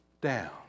down